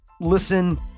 listen